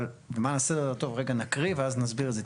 למען הסדר הטוב רגע נקריא ואז נסביר את זה.